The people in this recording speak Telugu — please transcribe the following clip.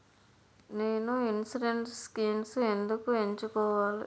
నేను ఇన్సురెన్స్ స్కీమ్స్ ఎందుకు ఎంచుకోవాలి?